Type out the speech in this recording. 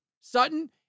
Sutton